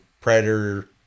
predator